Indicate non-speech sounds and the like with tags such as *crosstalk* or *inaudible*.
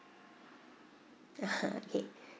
*laughs* okay